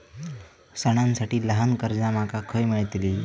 सणांसाठी ल्हान कर्जा माका खय मेळतली?